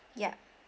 ya